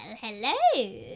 hello